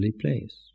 place